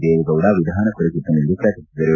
ದೇವೇಗೌಡ ವಿಧಾನಪರಿಷತ್ತಿನಲ್ಲಿಂದು ಪ್ರಕಟಿಸಿದರು